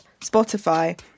Spotify